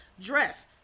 dress